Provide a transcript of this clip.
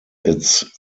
its